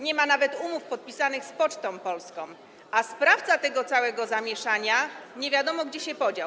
Nie ma nawet umów podpisanych z Pocztą Polską, a sprawca tego całego zamieszania nie wiadomo gdzie się podział.